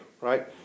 right